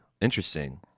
interesting